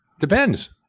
Depends